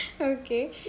Okay